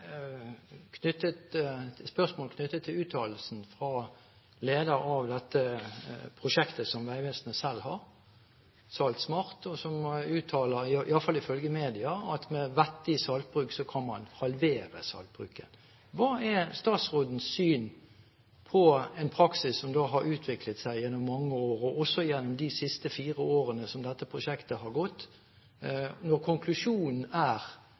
knyttet til uttalelsen fra lederen av dette prosjektet som Vegvesenet selv har, Salt SMART. I alle fall ifølge media uttaler han at med vettig saltbruk kan man halvere saltmengden. Hva er statsrådens syn på en praksis som har utviklet seg gjennom mange år – også gjennom de siste fire årene som dette prosjektet har pågått – når konklusjonen fra den som er